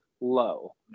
low